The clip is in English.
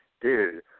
dude